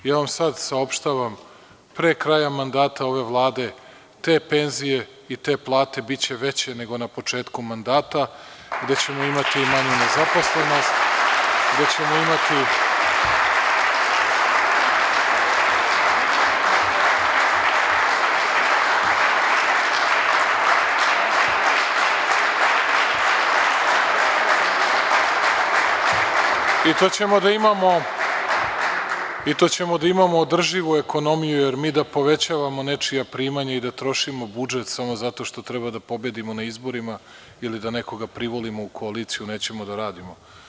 Ja vam sada saopštavam, pre kraja mandata ove Vlade, te penzije i te plate biće veće nego na početku mandata i da ćemo imati manju nezaposlenost i to da ćemo da imamo održivu ekonomiju, jer mi da povećavamo nečija primanja i da trošimo budžet samo zato što treba da pobedimo na izborima ili da nekoga privolimo u koaliciju, nećemo da radimo.